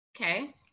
Okay